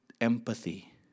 empathy